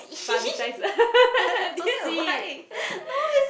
publicize dear why